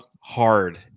hard